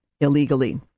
illegally